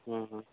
ହୁଁ ହୁଁ